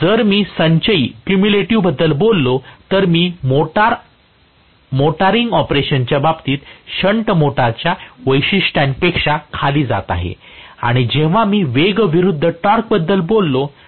तर जर मी संचयी बद्दल बोललो तर मी मोटारिंग ऑपरेशनच्या बाबतीत शंट मोटरच्या वैशिष्ट्यांपेक्षा खाली जात आहे आणि जेव्हा मी वेग विरूद्ध टॉर्कबद्दल बोलतो